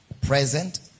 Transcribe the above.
...present